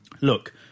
Look